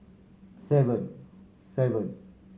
seven seven